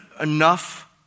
enough